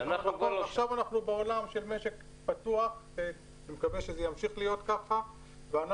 עכשיו אנחנו בעולם של משק פתוח ואני מקווה שזה ימשיך להיות כך ואנחנו